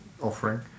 offering